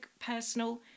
personal